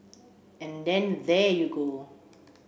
and then there you go